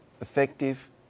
effective